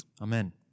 Amen